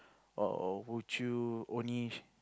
or would you only s~